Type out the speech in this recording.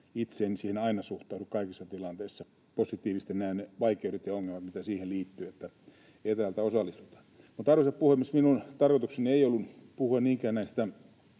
Itse en siihen aina suhtaudu kaikissa tilanteissa positiivisesti. Näen ne vaikeudet ja ongelmat, mitä siihen liittyy, että etäältä osallistutaan. Mutta, arvoisa puhemies, minun tarkoitukseni ei ollut puhua niinkään näistä